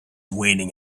waiting